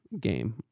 game